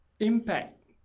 impact